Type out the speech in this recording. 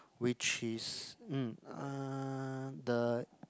which is mm uh the